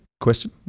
Question